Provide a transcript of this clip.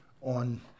on